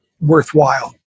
worthwhile